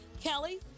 Kelly